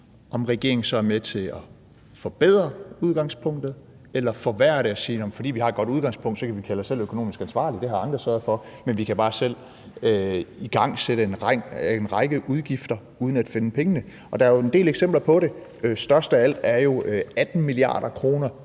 førte politik, så er med til at forbedre udgangspunktet eller forværre det ved at sige: Fordi vi har et godt udgangspunkt, kan vi kalde os selv økonomisk ansvarlige; det har andre sørget for, så vi kan bare selv igangsætte en række ting, hvor der er udgifter, uden at finde pengene. Der er jo en del eksempler på det. Størst af alt er jo udgiften